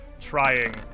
trying